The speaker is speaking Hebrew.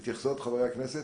יש התייחסויות לחברי הכנסת?